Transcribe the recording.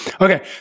Okay